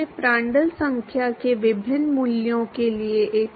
वास्तव में लोगों ने इसे विभिन्न प्रकार की ज्यामिति के लिए किया है